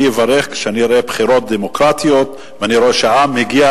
אני אברך כשאני אראה בחירות דמוקרטיות ואני אראה שהעם הגיע